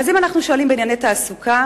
אז אם אנחנו שואלים בענייני תעסוקה,